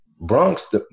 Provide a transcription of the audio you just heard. Bronx